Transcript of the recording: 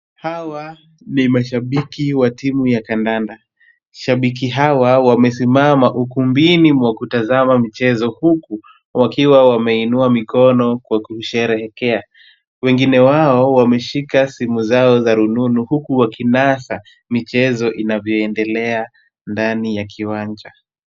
Hawa ni mashibiki wa timu ya kandanda. Shabiki hawa wamesimama ukumbini mwa kutazama mchezo, huku wakiwa wameinua mikono kwa kusherehekea. Wengine wao wameshika simu zao za rununu, huku wakinasa michezo inavyoendelea ndani ya kiwanja.